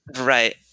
right